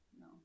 No